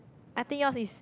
I think yours is